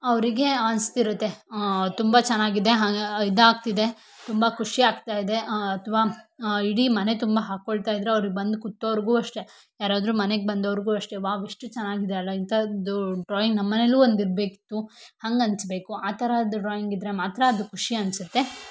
ಅವರಿಗೆ ಅನಿಸ್ತಿರತ್ತೆ ತುಂಬ ಚೆನ್ನಾಗಿದೆ ಇದಾಗ್ತಿದೆ ತುಂಬ ಖುಷಿ ಆಗ್ತಾ ಇದೆ ಅಥವಾ ಇಡೀ ಮನೆ ತುಂಬ ಹಾಕೊಳ್ತಾ ಇದ್ದರೆ ಅವ್ರಿಗ್ ಬಂದು ಕುತ್ತವ್ರ್ಗೂ ಅಷ್ಟೆ ಯಾರಾದರೂ ಮನೆಗೆ ಬಂದವ್ರಿಗೂ ಅಷ್ಟೆ ವಾವ್ ಎಷ್ಟು ಚೆನ್ನಾಗಿದೆ ಅಲ್ಲಾ ಇಂಥದ್ದು ಡ್ರಾಯಿಂಗ್ ನಮ್ಮ ಮನೆಲ್ಲೂ ಒಂದು ಇರಬೇಕಿತ್ತು ಹಂಗೆ ಅನಿಸ್ಬೇಕು ಆ ಥರದ್ದು ಡ್ರಾಯಿಂಗ್ ಇದ್ದರೆ ಮಾತ್ರ ಅದು ಖುಷಿ ಅನಿಸುತ್ತೆ